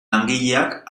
langileak